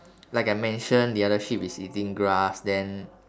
like I mentioned the other sheep is eating grass then